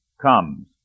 comes